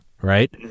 right